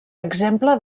exemple